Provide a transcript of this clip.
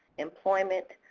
employment,